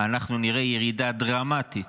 אנחנו נראה ירידה דרמטית